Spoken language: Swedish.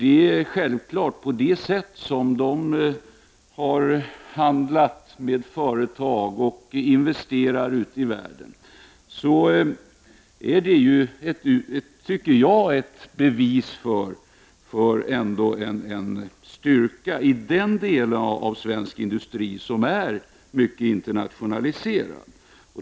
Det sätt som det företaget har handlat med andra företag och investerat ute i världen anser jag vara ett bevis för en styrka i den delen av svensk industri som är mycket internationaliserad.